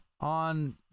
on